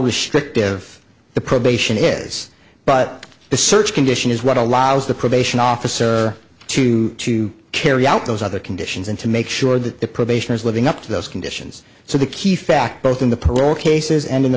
was strict of the probation is but the search condition is what allows the probation officer to to carry out those other conditions and to make sure that the probation is living up to those conditions so the key fact both in the parole cases and in the